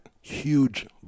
huge